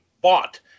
bought